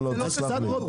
תסלח לי.